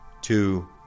two